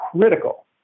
critical